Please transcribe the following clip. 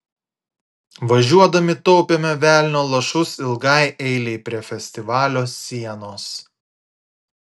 važiuodami taupėme velnio lašus ilgai eilei prie festivalio sienos